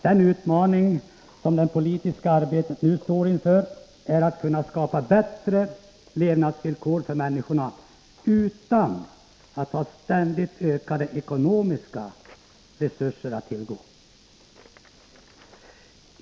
Den utmaning som det politiska arbetet nu står inför är att kunna skapa bättre levnadsvillkor för människorna utan att ha ständigt ökande ekonomiska resurser att tillgå.